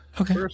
Okay